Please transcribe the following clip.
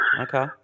Okay